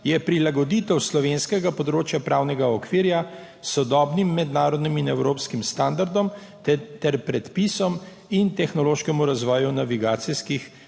je prilagoditev slovenskega področja pravnega okvirja s sodobnim mednarodnim in evropskim standardom ter predpisom in tehnološkemu razvoju navigacijskih